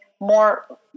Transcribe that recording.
more